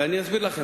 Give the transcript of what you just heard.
ואני אסביר לכם.